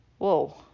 Whoa